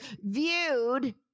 viewed